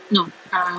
no err